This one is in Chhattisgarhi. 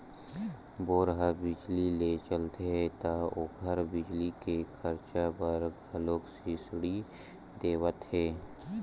बोर ह बिजली ले चलथे त ओखर बिजली के खरचा बर घलोक सब्सिडी देवत हे